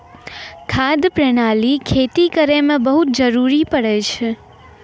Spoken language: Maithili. खाद प्रणाली खेती करै म बहुत जरुरी पड़ै छै